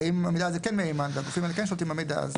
אם המידע הזה כן מהימן והגופים האלה כן שולטים במידע אז מן הראוי.